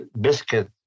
biscuit